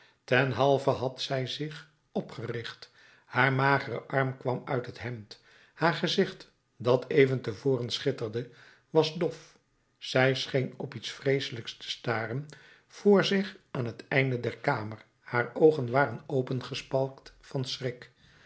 ten halve had zij zich opgericht haar magere arm kwam uit het hemd haar gezicht dat even te voren schitterde was dof zij scheen op iets vreeselijks te staren vr zich aan t einde der kamer haar oogen waren opengespalkt van schrik